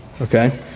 okay